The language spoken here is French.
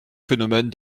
phénomène